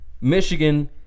Michigan